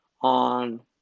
On